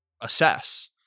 assess